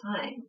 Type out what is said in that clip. time